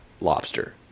lobster